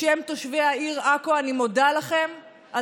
בשם תושבי העיר עכו אני מודה לכם על